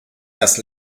just